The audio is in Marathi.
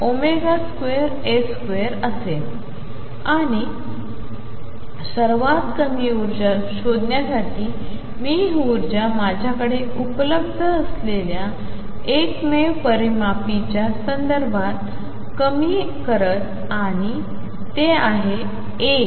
असेल आणि सर्वात कमी ऊर्जा शोधण्यासाठी मी ही ऊर्जा माझ्याकडे उपलब्ध असलेल्या एकमेव परामापीच्या संदर्भात कमी करत आणि ते आहे a